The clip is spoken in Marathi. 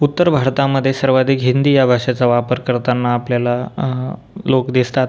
उत्तर भारतामधे सर्वाधिक हिंदी या भाषेचा वापर करताना आपल्याला लोक दिसतात